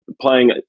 Playing